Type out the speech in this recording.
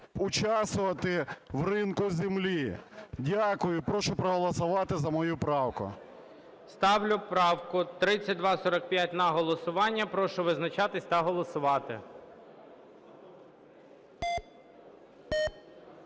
участвувати в ринку землі. Дякую. І прошу проголосувати за мою правку. ГОЛОВУЮЧИЙ. Ставлю правку 3245 на голосування. Прошу визначатись та голосувати.